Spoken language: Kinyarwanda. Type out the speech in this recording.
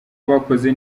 bakoze